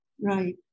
right